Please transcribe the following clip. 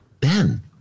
Ben